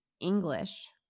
English